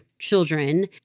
children